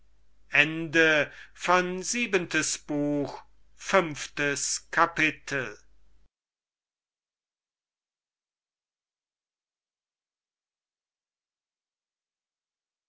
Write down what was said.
siebentes buch erstes kapitel